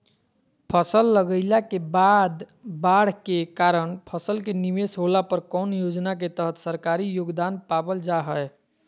फसल लगाईला के बाद बाढ़ के कारण फसल के निवेस होला पर कौन योजना के तहत सरकारी योगदान पाबल जा हय?